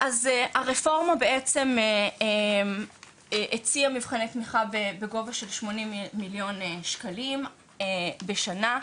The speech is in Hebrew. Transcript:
אז הרפורמה בעצם הציעה מבחני תמיכה בגובה של 80 מיליון שקלים בשנה.